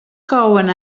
couen